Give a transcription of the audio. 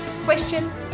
questions